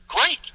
Great